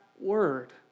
word